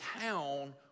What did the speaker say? town